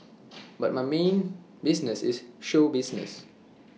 but my main business is show business